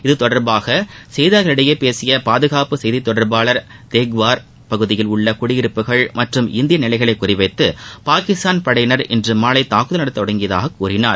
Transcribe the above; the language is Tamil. இத்தொடர்பாக செய்தியாளர்களிடம் பேசிய பாதுகாப்பு செய்தித் தொடர்பாளர் தேக்குவார் பகுதியில் உள்ள குடியிருப்புகள் மற்றும் இந்திய நிலைகளை குறிவைத்து பாகிஸ்தான் படையினர் இன்று மாலை தாக்குதல் நடத்தத் தொடங்கியதாகக் கூறினார்